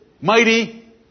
mighty